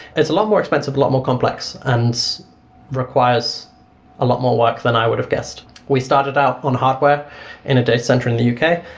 it's a lot more expensive, a lot more complex and requires a lot more work than i would have guessed. we started out on hardware in a datacenter in the uk,